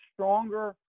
stronger